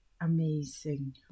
Amazing